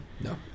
No